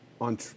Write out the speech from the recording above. on